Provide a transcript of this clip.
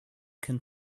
can